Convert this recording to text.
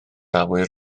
awyr